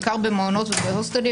בעיקר במעונות ובהוסטלים,